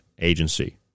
Agency